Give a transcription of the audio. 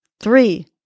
three